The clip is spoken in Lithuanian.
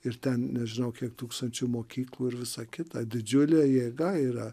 ir ten nežinau kiek tūkstančių mokyklų ir visą kitą didžiulė jėga yra